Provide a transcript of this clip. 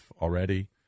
already